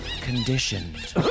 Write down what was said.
conditioned